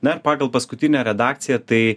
na pagal paskutinę redakciją tai